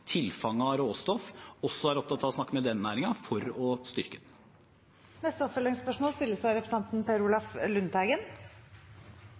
tilfanget av råstoff, også er opptatt av å snakke med den næringen for å styrke den. Per Olaf Lundteigen – til oppfølgingsspørsmål. For Senterpartiet betyr et grønt skifte økt produksjon og foredling av